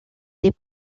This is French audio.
des